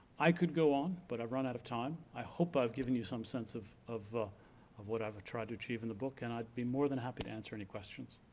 i could go on, but i've run out of time. i hope i've given you some sense of of ah what i've tried to achieve in the book, and i'd be more than happy to answer any questions.